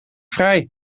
vrij